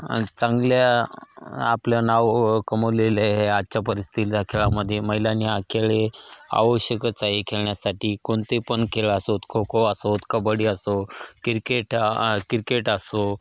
चांगल्या आपलं नाव कमवलेले आहे आजच्या परिस्थितीच्या खेळामध्येे महिलांनी हा खेळे आवश्यकच आहे खेळण्यासाठी कोणते पण खेळ असोत खो खो असोत कबडी असो किरकेट किरकेट असो